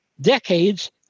decades